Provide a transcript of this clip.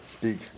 big